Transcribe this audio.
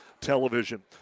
Television